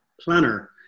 planner